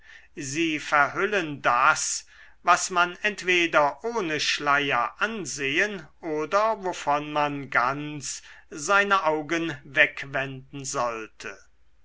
sie verhüllen das was man entweder ohne schleier ansehen oder wovon man ganz seine augen wegwenden sollte